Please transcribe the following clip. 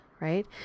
right